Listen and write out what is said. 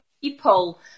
people